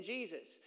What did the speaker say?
Jesus